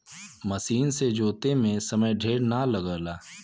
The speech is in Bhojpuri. मसीन से जोते में समय ढेर ना लगला